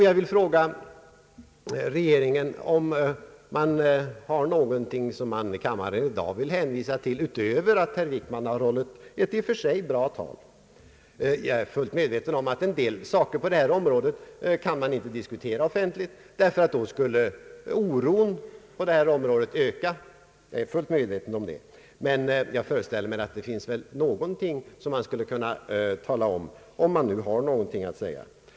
Jag vill fråga regeringen om den har något att hänvisa till i detta sammanhang utöver det förhållandet att herr Wickman har hållit ett i och för sig bra tal. Jag är fullt medveten om att en del förhållanden på detta område inte kan diskuteras offentligt, därför att oron då skulle öka. Men jag föreställer mig att det ändå finns något regeringen skulle kunna tala om, om det nu finns något att säga.